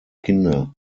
kinder